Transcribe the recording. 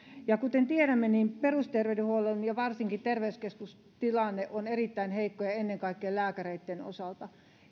kuten tiedämme perusterveydenhuollon ja varsinkin terveyskeskusten tilanne on erittäin heikko ennen kaikkea lääkäreitten osalta